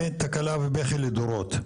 זה תקלה ובכי לדורות.